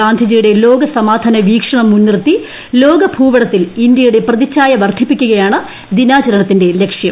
ഗാന്ധിജിയുടെ ലോക സമാധാന വീക്ഷണം മുൻ നിർത്തി ലോക ഭൂപടത്തിൽ ഇന്ത്യയുടെ പ്രതിച്ഛായ വർദ്ധിപ്പിക്കുകയാണ് ദിനാചരണ ത്തിന്റെ ലക്ഷ്യം